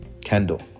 Kendall